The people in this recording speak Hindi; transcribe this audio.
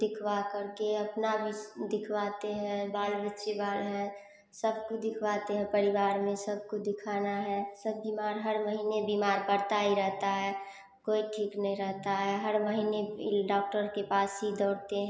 दिखवा कर के अपना भी दिखवाते हैं बाल बच्चे वाले हैं सबको दिखवाते हैं परिवार में सबको दिखाना है सब बीमार हर महीने बीमार पड़ता ही रहता है कोई ठीक नहीं रहता है हर महीने डॉक्टर के पास ही दौड़ते हैं